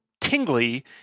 tingly